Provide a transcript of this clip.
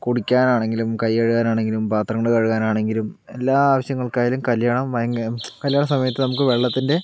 കുടിക്കാനാണെങ്കിലും കൈ കഴുകാനാണെങ്കിലും പാത്രങ്ങൾ കഴുകാനാണെങ്കിലും എല്ലാ ആവശ്യങ്ങൾക്കായാലും കല്യാണം ഭയങ്ക കല്യാണ സമയത്ത് നമുക്ക് വെള്ളത്തിൻ്റെ